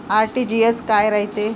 RTGS काय रायते?